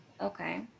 Okay